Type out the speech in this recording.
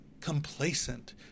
complacent